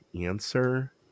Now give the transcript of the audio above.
answer